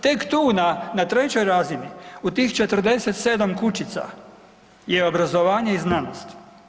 Tek tu na trećoj razini u tih 47 kućica je obrazovanje i znanost.